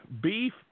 beef